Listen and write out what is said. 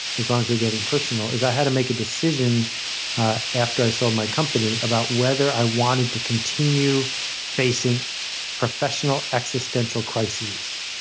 as long as we're getting personal, is i had to make a decision after i sold my company about whether i wanted to continue facing professional, existential crises.